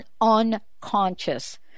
unconscious